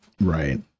Right